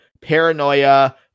paranoia